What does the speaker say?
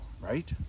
right